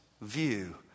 view